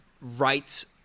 right